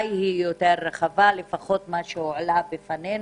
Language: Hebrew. אולי יותר רחבה, לפחות מה שהועלה בפנינו,